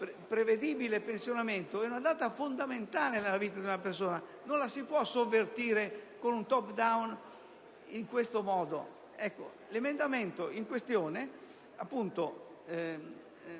prevedibile pensionamento è fondamentale nella vita di una persona, non la si può sovvertire con un *top down* in questo modo. L'emendamento 1.74 propone